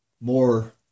more